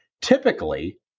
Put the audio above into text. Typically